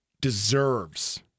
deserves